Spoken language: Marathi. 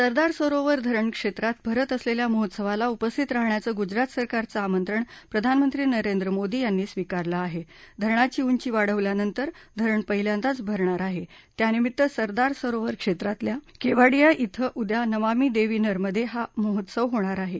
सरदार सरोवर धरण क्षघ्रीत भरत असलखिा महोत्सवाला उपस्थित राहण्याचं गुजरात सरकारचं आमंत्रण प्रधानमंत्री नरेंद्र मोदी यांनी स्वीकारलं आहा अरणाची उंची वाढवल्यानंतर धरण पहिल्यांदाच भरणार आहत्यिानिमित्त सरदारसरोवर क्षम्रतल्या क्विडिया श्रे उद्या नमामी दक्षी नर्मेदक्षी महोत्सव होणार आहा